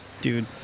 dude